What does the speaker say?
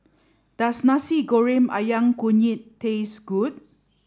does Nasi Goreng Ayam Kunyit taste good